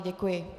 Děkuji.